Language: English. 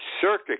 circuit